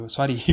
Sorry